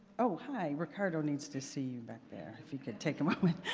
oh hi, ricardo needs to see you back there if you could take a moment.